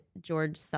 George